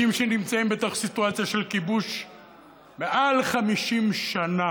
שנמצאים בתוך סיטואציה של כיבוש מעל 50 שנה,